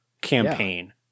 campaign